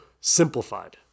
simplified